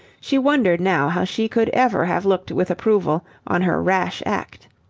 she wondered now how she could ever have looked with approval on her rash act.